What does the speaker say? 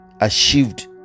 achieved